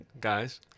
guys